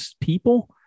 people